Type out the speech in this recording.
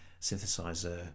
synthesizer